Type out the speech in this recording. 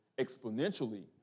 exponentially